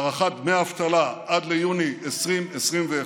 הארכת דמי אבטלה עד ליוני 2021,